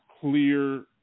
clear